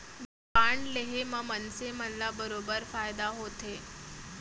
bond लेहे म मनसे मन ल बरोबर फायदा होथे